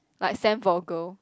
like Sam for a girl